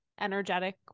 energetic